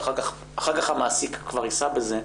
ואחר כך המעסיק כבר יישא בזה,